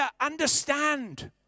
understand